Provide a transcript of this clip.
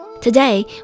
Today